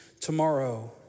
tomorrow